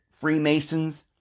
Freemasons